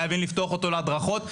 חייבים לפתוח אותו להדרכות.